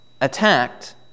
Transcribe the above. attacked